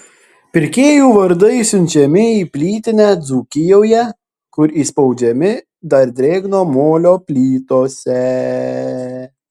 pirkėjų vardai siunčiami į plytinę dzūkijoje kur įspaudžiami dar drėgno molio plytose